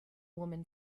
woman